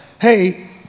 hey